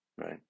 right